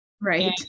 Right